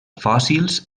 fòssils